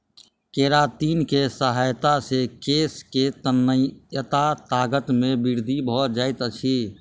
keratin के सहायता से केश के तन्यता ताकत मे वृद्धि भ जाइत अछि